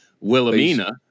Wilhelmina